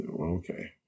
Okay